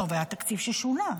לא, והיה תקציב ששונה.